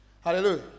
Hallelujah